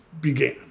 began